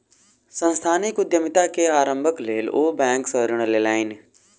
सांस्थानिक उद्यमिता के आरम्भक लेल ओ बैंक सॅ ऋण लेलैन